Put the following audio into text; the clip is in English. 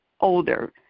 older